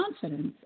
confidence